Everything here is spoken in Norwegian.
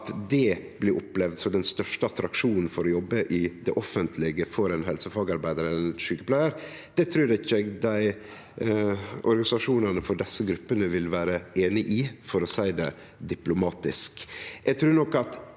at det blir opplevd som den største attraksjonen for å jobbe i det offentlege for ein helsefagarbeidar eller ein sjukepleiar, trur eg ikkje organisasjonane for desse gruppene vil vere einig i, for å seie det diplomatisk.